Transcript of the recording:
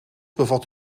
bevat